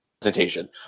presentation